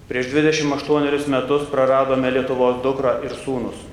prieš dvidešim aštuonerius metus praradome lietuvos dukrą ir sūnūs